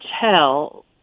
tell